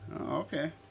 Okay